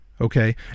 okay